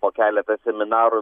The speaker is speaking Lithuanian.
po keletas seminarų